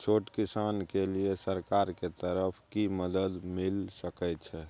छोट किसान के लिए सरकार के तरफ कि मदद मिल सके छै?